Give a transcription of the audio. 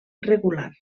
regular